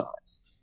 times